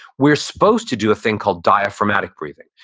we're supposed to do a thing called diaphragmatic breathing,